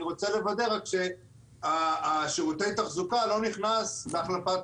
אני רוצה לוודא ששירותי התחזוקה לא נכנסים בהחלפת